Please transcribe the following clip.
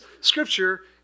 scripture